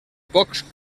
pocs